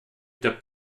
der